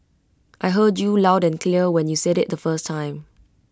I heard you loud and clear when you said IT the first time